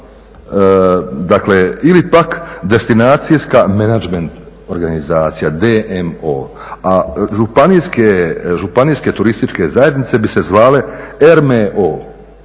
dakle ili pak destinacijska menadžment organizacija, DMO. A županijske turističke zajednice bi se zvale RMO,